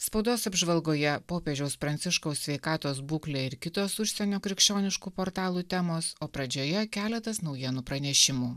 spaudos apžvalgoje popiežiaus pranciškaus sveikatos būklę ir kitos užsienio krikščioniškų portalų temos o pradžioje keletas naujienų pranešimų